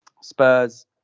Spurs